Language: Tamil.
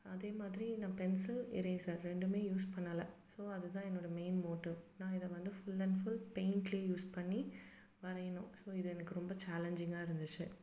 அதே மாதிரி நான் பென்சில் எரேசர் ரெண்டுமே யூஸ் பண்ணலை ஸோ அது தான் என்னோடய மெயின் மோட்டிவ் நான் இதை வந்து ஃபுல் அண்ட் ஃபுல் பெயிண்ட்லே யூஸ் பண்ணி வரையணும் ஸோ இது எனக்கு ரொம்ப சேலஞ்சிங்காக இருந்துச்சு